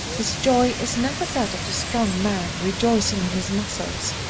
his joy is never that of the strong man rejoicing in his muscles.